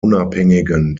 unabhängigen